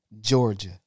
Georgia